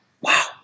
Wow